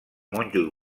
monjos